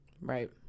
Right